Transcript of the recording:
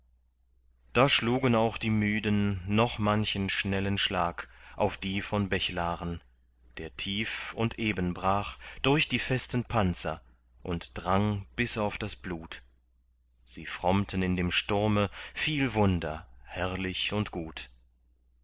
da schlugen auch die müden noch manchen schnellen schlag auf die von bechlaren der tief und eben brach durch die festen panzer und drang bis auf das blut sie frommten in dem sturme viel wunder herrlich und gut